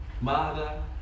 mother